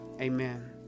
Amen